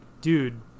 dude